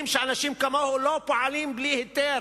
אנחנו יודעים שאנשים כמוהו לא פועלים בלי היתר,